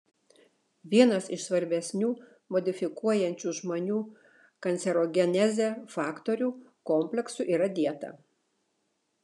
vienas iš svarbesnių modifikuojančių žmonių kancerogenezę faktorių kompleksų yra dieta